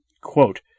Quote